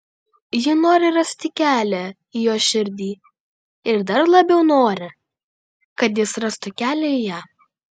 ji nori rasti kelią į jo širdį ir dar labiau nori kad jis rastų kelią į ją